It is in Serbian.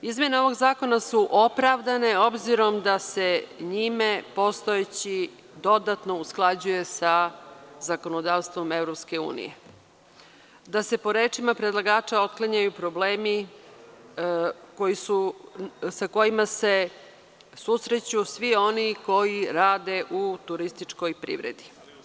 Izmene ovog zakona su opravdane, obzirom da se njima postojeći dodatno usklađuje sa zakonodavstvom EU, da se po rečima predlagača otklanjaju problemi sa kojima se susreću svi oni koji rade u turističkoj privredi.